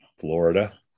Florida